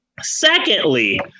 Secondly